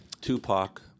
Tupac